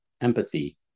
empathy